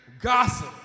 gossip